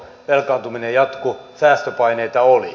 velkaantuminen jatkui säästöpaineita oli